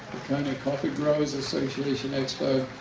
kind of coffee growers association expo.